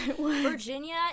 Virginia